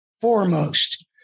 foremost